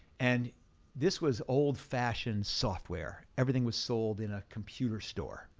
and this was old-fashioned software. everything was sold in a computer store,